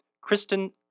Kristen